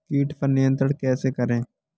कीट पर नियंत्रण कैसे करें?